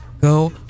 go